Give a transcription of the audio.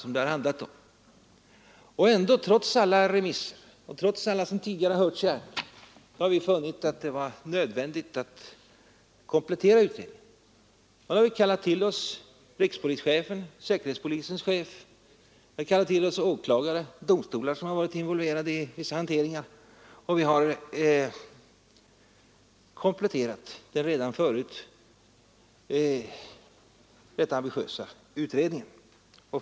Men trots alla remisser och trots alla som tidigare hörts i ärendena har vi funnit att det varit nödvändigt att komplettera utredningarna. Då har vi kallat till oss rikspolischefen, säkerhetspolisens chef samt åklagare och representanter för domstolar som varit involverade, och vi har kompletterat den redan förut rätt ambitiösa utredningen.